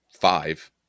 five